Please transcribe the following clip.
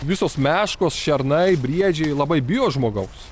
visos meškos šernai briedžiai labai bijo žmogaus